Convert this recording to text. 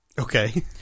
Okay